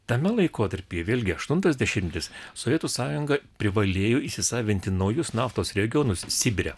tame laikotarpyje vėlgi aštuntas dešimtmetis sovietų sąjunga privalėjo įsisavinti naujus naftos regionus sibire